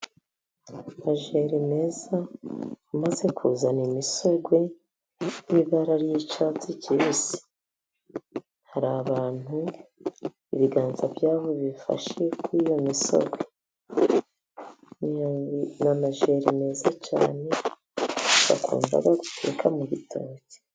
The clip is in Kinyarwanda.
Amajeri meza amaze kuzana imisogwe n'ibara ry'icyatsi kibisi. Hari abantu ibiganza byabo bifashe kuri iyo misogwe, ni amajeri meza cyane bakunda guteka mu gitoki.